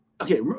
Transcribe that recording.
okay